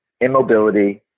immobility